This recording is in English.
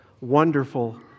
wonderful